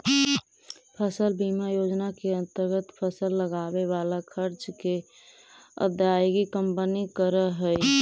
फसल बीमा योजना के अंतर्गत फसल लगावे वाला खर्च के अदायगी कंपनी करऽ हई